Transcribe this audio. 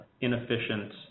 inefficient